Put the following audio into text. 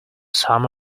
some